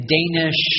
Danish